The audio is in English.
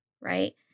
right